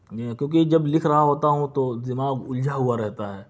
کیونکہ جب لکھ رہا ہوتا ہوں تو دماغ اُلجھا ہُوا رہتا ہے